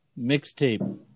mixtape